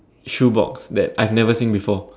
shoebox that I've never seen before